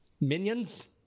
Minions